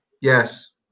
Yes